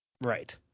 right